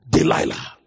Delilah